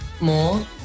more